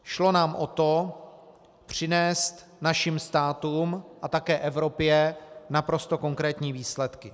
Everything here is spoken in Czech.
Šlo nám o to přinést našim státům a také Evropě naprosto konkrétní výsledky.